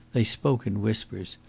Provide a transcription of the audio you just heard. they spoke in whispers.